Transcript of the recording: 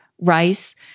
rice